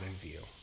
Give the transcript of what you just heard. view